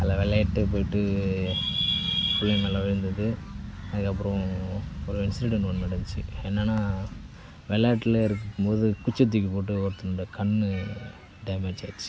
அதில் வெளையாட்டு போய்ட்டு பிள்ளைங்க மேல் விழுந்தது அதுக்கு அப்புறம் ஒரு இன்சிடென்ட் ஒன்று நடந்துச்சு என்னென்னா விளையாட்டுல இருக்கும் போது குச்சியை தூக்கி போட்டு ஒருத்தனோட கண் டேமேஜாயிடுச்சு